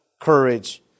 courage